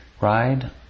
ride